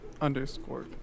Underscore